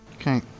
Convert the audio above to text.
Okay